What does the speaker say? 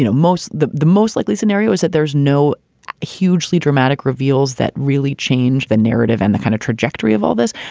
you know most the the most likely scenario is that there is no hugely dramatic reveals that really change the narrative and the kind of trajectory of all this.